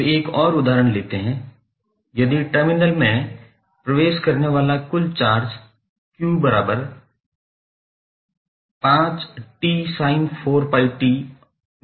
अब एक और उदाहरण लेते हैं यदि टर्मिनल में प्रवेश करने वाला कुल चार्ज 𝑞5𝑡sin4𝜋𝑡 mC है